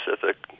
Pacific